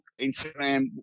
Instagram